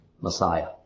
Messiah